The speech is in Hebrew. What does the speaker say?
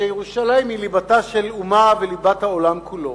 שירושלים היא בירתה של אומה וליבת העולם כולו,